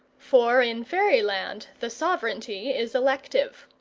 for in fairyland the sovereignty is elective.